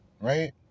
right